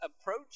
approach